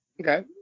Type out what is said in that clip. Okay